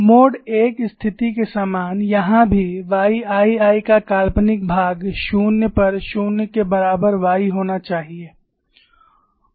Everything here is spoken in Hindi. मोड I स्थिति के समान यहाँ भी YII का काल्पनिक भाग 0 पर 0 के बराबर y होना चाहिए